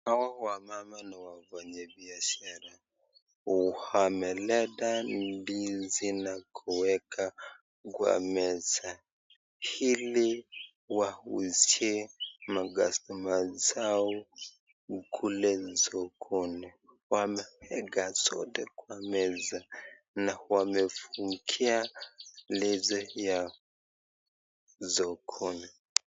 Hawa wamama ni wafanyabiashara. Wameleta ndizi na kueka kwa meza ili wauzie macustomer zao kule sokoni. Wameeka zote kwa meza na wamefungia ndizi yao sokoni.